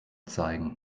zeigen